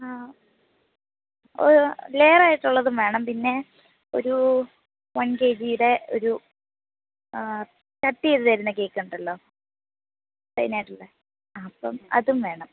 ആ ഓ ലേയെർ ആയിട്ടുള്ളതും വേണം പിന്നേ ഒരു വൺ കെജിയുടെ ഒരു കട്ട് ചെയ്തു തരുന്ന കേക്കുണ്ടല്ലോ അതിനായിട്ടുള്ള അപ്പം അതും വേണം